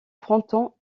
fronton